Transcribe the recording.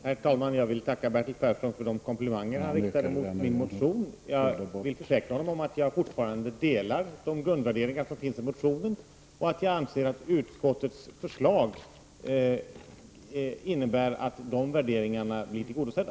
Herr talman! Jag vill tacka Bertil Persson för de komplimanger han riktade mot min motion. Jag vill försäkra honom om att jag fortfarande delar de grundvärderingar som finns i motionen och att jag anser att utskottets förslag innebär att dessa värderingar blir tillgodosedda.